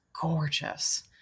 Gorgeous